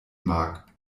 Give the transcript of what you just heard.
mag